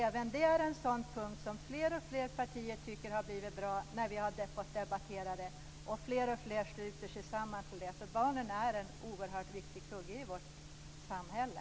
Även detta är en sådan punkt som fler och fler partier tycker är bra när vi debatterar den. Fler och fler ansluter sig till detta. Barnen är en oerhört viktig kugge i vårt samhälle.